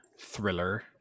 thriller